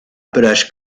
pelage